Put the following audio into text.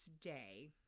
day